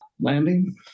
landing